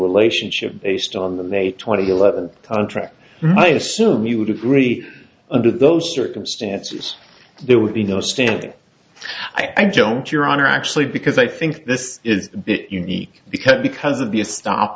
relationship based on the may twenty year level contract i assume you would agree under those circumstances there would be no standing i don't your honor actually because i think this is unique because because of the a stop